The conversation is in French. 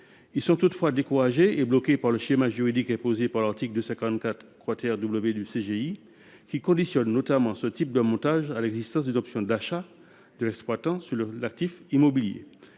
Ils sont toutefois découragés et bloqués par le schéma juridique imposé par l’article 244 W du code général des impôts, qui conditionne notamment ce type de montage à l’existence d’une option d’achat de l’exploitant sur l’actif immobilier.